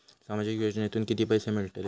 सामाजिक योजनेतून किती पैसे मिळतले?